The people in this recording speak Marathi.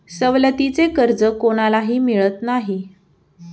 सवलतीचे कर्ज कोणालाही मिळत नाही